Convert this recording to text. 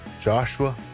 Joshua